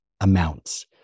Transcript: amounts